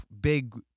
big